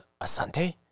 Asante